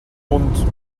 bund